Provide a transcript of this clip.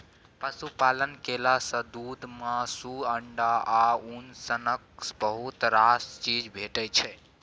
पशुपालन केला सँ दुध, मासु, अंडा आ उन सनक बहुत रास चीज भेटै छै